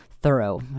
thorough